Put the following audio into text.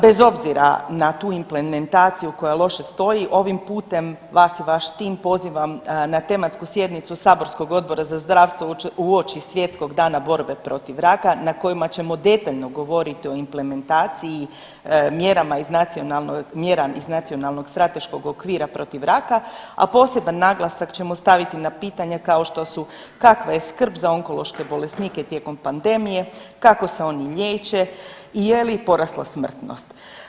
Bez obzira na tu implementaciju koja loše stoji ovim putem vas i vaš tim pozivam na tematsku sjednicu saborskog Odbora za zdravstvo uoči Svjetskog dana borbe protiv raka na kojima ćemo detaljno govoriti o implementaciji i mjerama iz Nacionalnog strateškog okvira protiv raka, a poseban naglasak ćemo staviti na pitanja kao što su kakva je skrb za onkološke bolesnike tijekom pandemije, kako se oni liječe i je li porasla smrtnost.